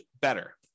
Better